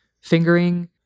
fingering